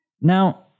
Now